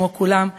כמו כולם,